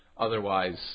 Otherwise